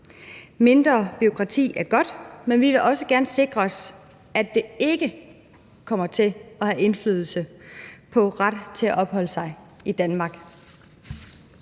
Mindre bureaukrati er godt, men vi vil også gerne sikre os, at det ikke kommer til at have indflydelse på retten til at opholde sig i Danmark.